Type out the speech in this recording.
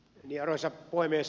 arvoisa puhemies